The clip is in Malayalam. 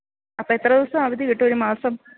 അപ്പം എത്ര ദിവസം അവധി കിട്ടും ഒരു മാസം